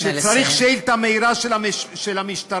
כשצריך שאילתה מהירה של המשטרה,